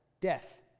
death